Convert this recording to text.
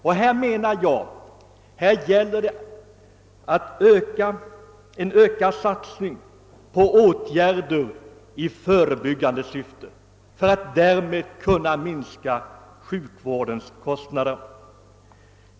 Jag menar att det här gäller att öka satsningen på åtgärder i förebyggande syfte för att därmed kunna minska sjukvårdens kostnader.